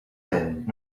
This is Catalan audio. lent